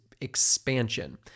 expansion